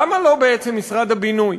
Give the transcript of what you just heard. למה לא בעצם משרד הבינוי